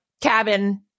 cabin